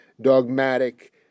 dogmatic